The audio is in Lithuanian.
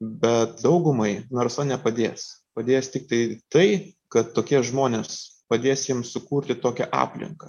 bet daugumai narsa nepadės padės tiktai tai kad tokie žmonės padės jiem sukurti tokią aplinką